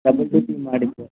ಮಾಡಿದ್ದ